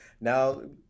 Now –